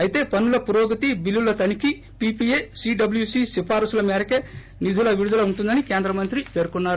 అయితే పనుల పురోగతి బిల్లుల తనిఖీ పీపీఏ సీడబ్ల్యూసీ సిఫారసుల మేరకే నిధుల విడుదల ఉంటుందని కేంద్ర మంత్రి పేర్కొన్నారు